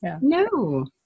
No